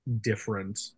different